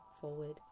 forward